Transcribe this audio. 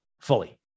fully